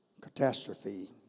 catastrophe